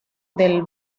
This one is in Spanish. del